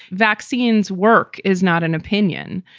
vaccines work is not an opinion.